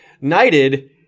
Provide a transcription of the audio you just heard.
knighted